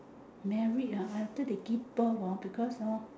married ah after they give birth hor because hor